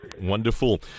Wonderful